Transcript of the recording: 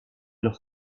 los